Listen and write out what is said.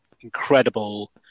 incredible